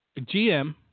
GM